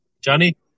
Johnny